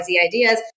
ideas